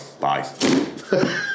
bye